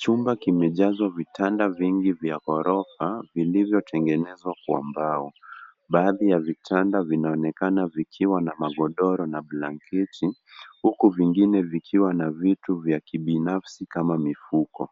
Chumba kimejazwa vitanda vingi vya ghorofa vilivyotengenezwa kwa mbao. Baadhi ya vitanda vinaonekana vikiwa na magodoro na blanketi uku vingine vikiwa na vitu vya kibinafsi kama mifuko.